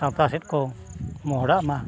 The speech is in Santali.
ᱥᱟᱶᱛᱟ ᱥᱮᱫ ᱠᱚ ᱢᱚᱦᱚᱰᱟᱜ ᱢᱟ